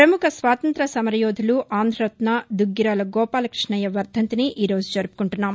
ప్రముఖ స్వాతంత్ర్య సమరమోధులు ఆంధరత్న దుగ్గిరాల గోపాలకృష్ణయ్య వర్దంతిని ఈరోజు జరుపుకుంటున్నాం